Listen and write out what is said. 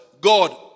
God